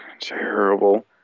terrible